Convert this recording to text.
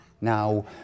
Now